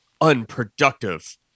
unproductive